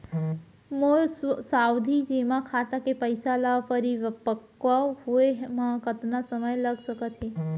मोर सावधि जेमा खाता के पइसा ल परिपक्व होये म कतना समय लग सकत हे?